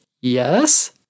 yes